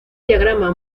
diagrama